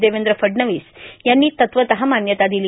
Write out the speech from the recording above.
देवेंद्र फडणवीस यांनी तत्वतः मान्यता दिली